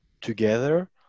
together